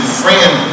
friend